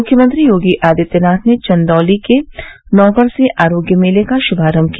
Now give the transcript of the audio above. मुख्यमंत्री योगी आदित्यनाथ ने चन्दौली के नौगढ़ से आरोग्य मेले का श्भारम्भ किया